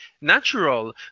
natural